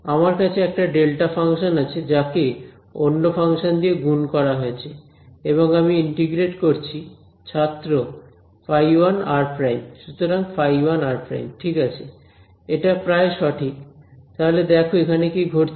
আমার কাছে একটা ডেল্টা ফাংশান আছে যাকে অন্য ফাংশন দিয়ে গুন করা হয়েছে এবং আমি ইন্টিগ্রেট করছি ছাত্র ϕ1r′ সুতরাং ϕ1r′ ঠিক আছে এটা প্রায় সঠিক তাহলে দেখো এখানে কি ঘটছে